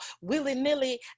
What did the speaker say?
willy-nilly